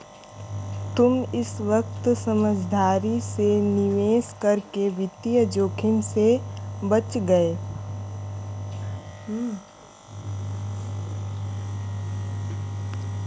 तुम इस वक्त समझदारी से निवेश करके वित्तीय जोखिम से बच गए